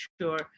sure